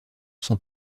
son